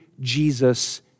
Jesus